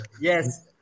Yes